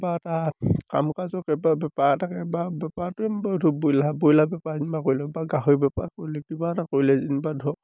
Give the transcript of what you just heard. কিবা এটা কাম কাজৰ কিবা বেপাৰ এটকে বা বেপাৰটোৱে ধৰিলওক ব্ৰইলাৰ ব্ৰইলাৰ বেপাৰ যেনিবা কৰিলোঁৱে বা গাহৰি বেপাৰ কৰিলোঁ কিবা এটা কৰিলেই যেনিবা ধৰক